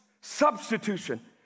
substitution